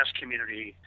community